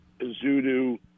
Zudu